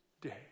day